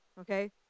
Okay